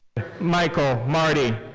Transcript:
michael marty.